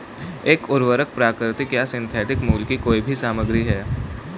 एक उर्वरक प्राकृतिक या सिंथेटिक मूल की कोई भी सामग्री है